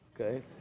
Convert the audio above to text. okay